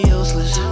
useless